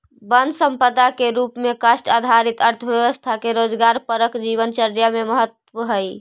वन सम्पदा के रूप में काष्ठ आधारित अर्थव्यवस्था के रोजगारपरक जीवनचर्या में महत्त्व हइ